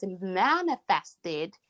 manifested